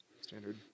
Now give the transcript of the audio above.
standard